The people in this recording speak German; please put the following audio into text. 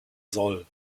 soll